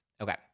Okay